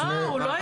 לא, הוא לא יכול.